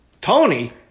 Tony